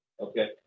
Okay